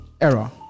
error